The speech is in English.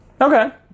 Okay